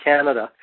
Canada